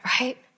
right